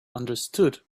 understood